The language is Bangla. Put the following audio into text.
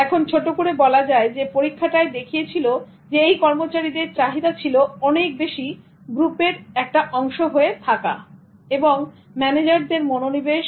এখন ছোট করে বলা যায় পরীক্ষাটায় দেখিয়েছিল এই কর্মচারীদের চাহিদা ছিল অনেক বেশি গ্রুপের অংশ হয়ে থাকা এবং ম্যানেজারদের মনোনিবেশ